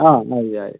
ആ